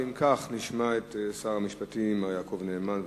ואם כך, נשמע את שר המשפטים, מר יעקב נאמן.